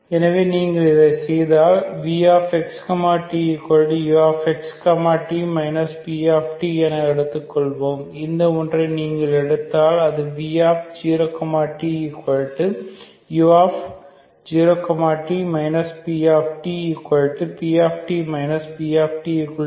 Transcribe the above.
எனவே நீங்கள் இதைச் செய்தால் vx tux t p என எடுத்துக்கொள்வோம் இந்த ஒன்றை நீங்கள் எடுத்தால் அது v0 tu0 t ptpt pt0